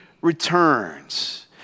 returns